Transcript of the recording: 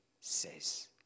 says